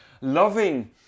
loving